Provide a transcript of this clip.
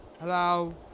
Hello